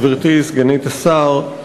גברתי סגנית השר,